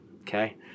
Okay